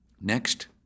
Next